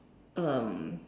um